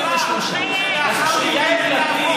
23. אבל נקבע,